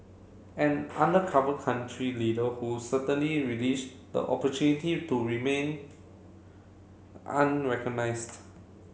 an undercover country leader who certainly relish the opportunity to remain unrecognised